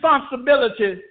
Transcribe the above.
responsibility